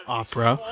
opera